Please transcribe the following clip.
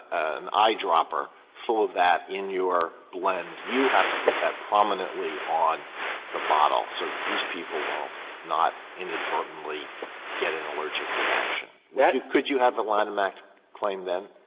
an eyedropper full of that in your blend, you have to put that prominently on the bottle so that these people will not inadvertently get an allergic reaction. yeah could you have a lanham act claim then?